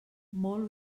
molt